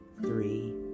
three